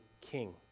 king